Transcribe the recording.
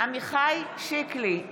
עמיחי שיקלי,